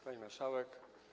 Pani Marszałek!